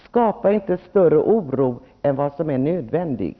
Skapa inte större oro än vad som är nödvändigt!